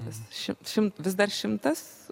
vis šim šim vis dar šimtas